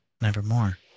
Nevermore